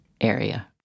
area